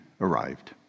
arrived